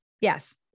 Yes